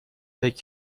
فکر